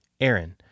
Aaron